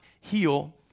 heal